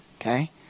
Okay